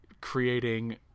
creating